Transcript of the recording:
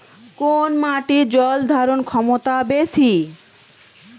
কোন মাটির জল ধারণ ক্ষমতা বেশি?